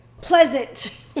pleasant